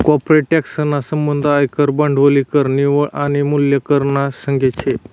corporate tax ना संबंध आयकर, भांडवली कर, निव्वळ आनी मूल्य कर ना संगे शे